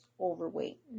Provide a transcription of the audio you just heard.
overweight